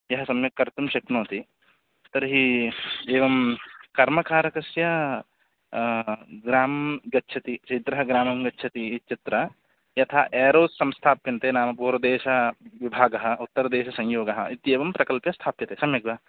यः सम्यक् कर्तुं शक्नोति तर्हि एवं कर्मकारकस्य ग्रामं गच्छति चित्रः ग्रामं गच्छति इत्यत्र यथा एरो संस्थाप्यन्ते नाम पूर्वदेशविभागः उतारदेशसंयोगः इत्येवं प्रकल्प्य स्थाप्यते सम्यग्वा